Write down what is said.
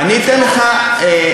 אני אומר לך בכנות.